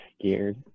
scared